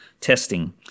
testing